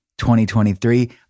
2023